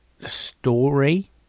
story